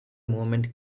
moment